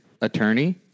attorney